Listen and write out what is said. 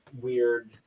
weird